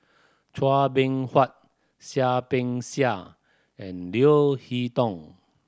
Chua Beng Huat Seah Peck Seah and Leo Hee Tong